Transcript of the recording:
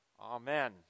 Amen